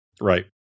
right